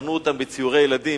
בחנו אותם בציורי ילדים,